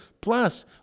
plus